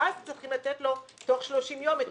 ואז צריכים לתת לו תוך 30 יום את